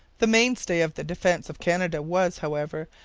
the mainstay of the defence of canada was, however,